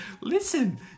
Listen